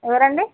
ఎవరండీ